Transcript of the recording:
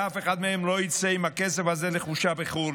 אף אחד מהם לא יצא עם הכסף הזה לחופשה בחו"ל,